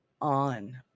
on